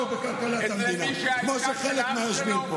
המדינה ובכלכלת המדינה כמו חלק מהיושבים פה.